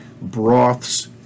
broths